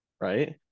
right